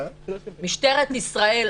משטרת ישראל,